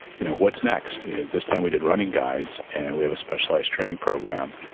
you know what's next. this time we did running guides and we have a specialized training program.